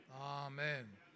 Amen